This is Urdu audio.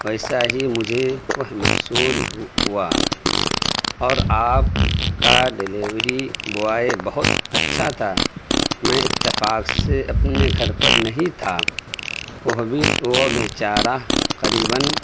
ویسا ہی مجھے وہ محصول ہوا اور آپ کا ڈیلیوری بوائے بہت اچھا تھا میں اتفاق سے اپنے گھر پر نہیں تھا وہ بھی وہ بیچارہ قریباََ